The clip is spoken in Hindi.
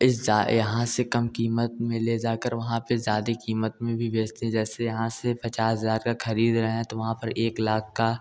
इस जा यहाँ से कम कीमत में ले जा कर वहाँ पर ज़्यादा कीमत में भी बेचते जैसे यहाँ से पचास हज़ार का ख़रीद रहे हैं तो वहाँ पर एक लाख का